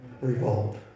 Revolt